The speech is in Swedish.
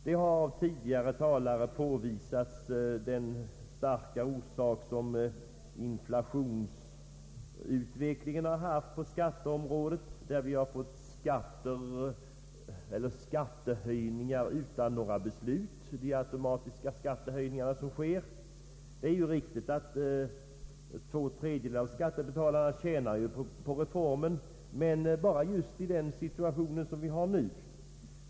Tidigare talare har påvisat det starka inflytande inflationsutvecklingen haft på skatteområdet. Vi har fått skattehöjningar utan några beslut, genom de automatiska skattehöjningar som sker. Det är riktigt att två tredjedelar av skattebetalarna tjänar på reformen, men bara i just den situation vi har nu.